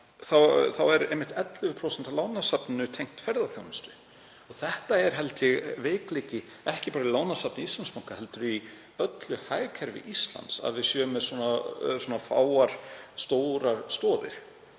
þá eru einmitt 11% af lánasafninu tengd ferðaþjónustu. Ég held að það sé veikleiki, ekki bara í lánasafni Íslandsbanka heldur í öllu hagkerfi Íslands að við séum með svo fáar stórar stoðir.